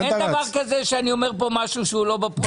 אין דבר כזה שאני אומר פה משהו שהוא לא בפרוטוקול.